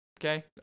Okay